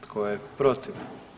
Tko je protiv?